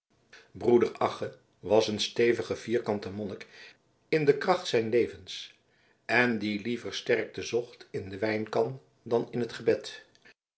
broeder agge was een stevige vierkante monnik in de kracht zijns levens en die liever sterkte zocht in de wijnkan dan in het gebed